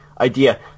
idea